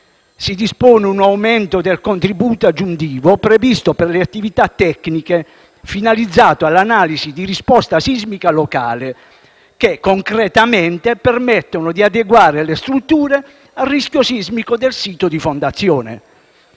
Si dispone un aumento del contributo aggiuntivo previsto per le attività tecniche finalizzate all'analisi di risposta sismica locale, che concretamente permettono di adeguare le strutture a rischio sismico del sito di fondazione.